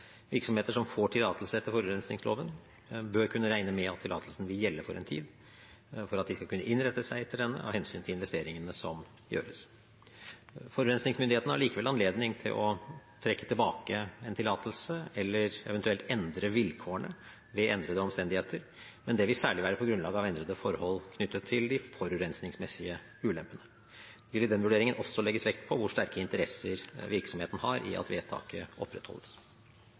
Virksomheter som får tillatelse etter forurensningsloven, bør kunne regne med at tillatelsen vil gjelde for en tid, for at de skal kunne innrette seg etter denne, av hensyn til investeringene som gjøres. Forurensningsmyndighetene har likevel anledning til å trekke tilbake en tillatelse eller eventuelt endre vilkårene ved endrede omstendigheter, men det vil særlig være på grunnlag av endrede forhold knyttet til de forurensningsmessige ulempene. Det vil i den vurderingen også legges vekt på hvor sterke interesser virksomheten har i at vedtaket opprettholdes.